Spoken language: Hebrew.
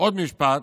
עוד משפט.